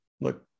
Look